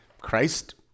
Christ